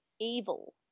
evil